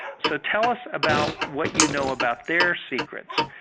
so tell us about what you know about their secrets,